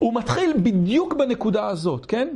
הוא מתחיל בדיוק בנקודה הזאת, כן?